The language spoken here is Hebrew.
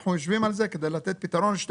אנחנו יושבים על זה כדי לתת פתרון לשתי